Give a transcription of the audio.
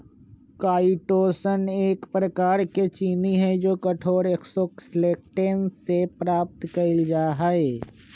chitosan एक प्रकार के चीनी हई जो कठोर एक्सोस्केलेटन से प्राप्त कइल जा हई